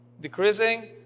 decreasing